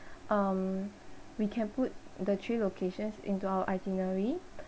um we can put the three locations into our itinerary